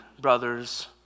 brothers